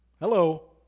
Hello